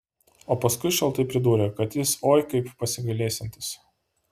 o paskui šaltai pridūrė kad jis oi kaip pasigailėsiantis